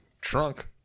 trunk